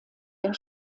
der